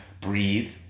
breathe